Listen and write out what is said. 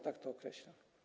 Tak to określę.